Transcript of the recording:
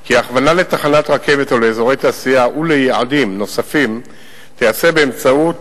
כי ההכוונה לתחנת רכבת או לאזורי תעשייה וליעדים נוספים תיעשה באמצעות